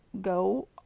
go